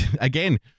again